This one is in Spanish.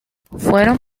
fueron